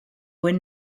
were